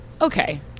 okay